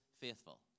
faithful